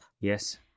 yes